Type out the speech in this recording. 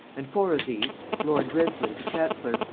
and four of these, lord wriothesley the chancellor,